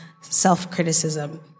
self-criticism